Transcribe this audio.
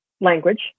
language